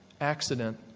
accident